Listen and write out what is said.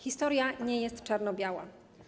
Historia nie jest czarno-biała.